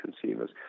consumers